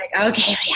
okay